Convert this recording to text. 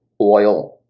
oil